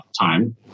time